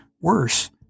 worse